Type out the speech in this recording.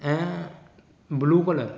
ऐं ब्लू कलरु